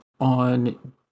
on